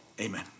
Amen